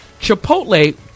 chipotle